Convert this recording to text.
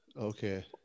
Okay